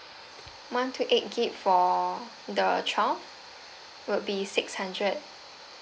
one two eight gigabyte for the twelve will be six hundred